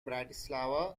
bratislava